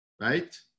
right